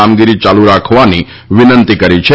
કામગીરી ચાલુ રાખવાની વિનંતી કરી છે